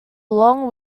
long